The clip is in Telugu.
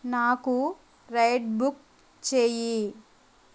నాకు రైడ్ బుక్ చెయ్యి